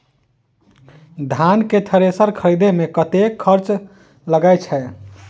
धान केँ थ्रेसर खरीदे मे कतेक खर्च लगय छैय?